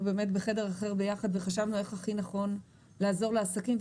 בחדר אחר ביחד וחשבנו איך הכי נכון לעזור לעסקים,